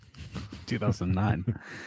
2009